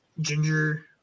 ginger